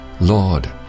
Lord